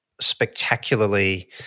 spectacularly